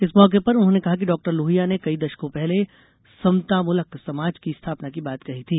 इस मौके पर उन्होंने कहा कि डॉक्टर लोहिया ने कई दशकों पहले समतामुलक समाज की स्थापना की बात कही थी